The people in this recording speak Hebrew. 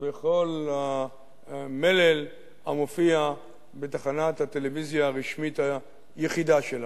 בכל המלל המופיע בתחנת הטלוויזיה הרשמית היחידה שלה.